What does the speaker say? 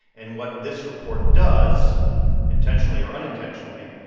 and what this report does intentionally or unintentionally,